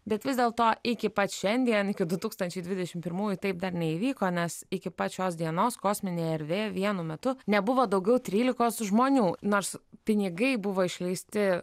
bet vis dėlto iki pat šiandien iki du tūkstančiai dvidešimt pirmųjų taip dar neįvyko nes iki pat šios dienos kosminėje erdvėje vienu metu nebuvo daugiau trylikos žmonių nors pinigai buvo išleisti